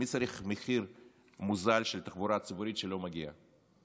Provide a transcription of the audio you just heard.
מי צריך מחיר נמוך של תחבורה ציבורית שלא מגיעה?